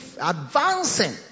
advancing